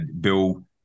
Bill